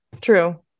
True